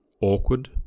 awkward